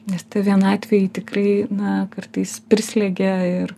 nes vienatvė ji tikrai na kartais prislegia ir